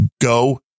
go